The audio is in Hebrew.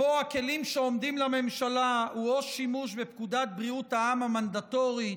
שבו הכלים שעומדים לממשלה הם או שימוש בפקודת בריאות העם המנדטורית